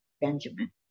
Benjamin